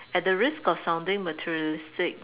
at the risk of sounding materialistic